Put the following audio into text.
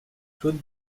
claude